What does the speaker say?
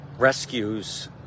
rescues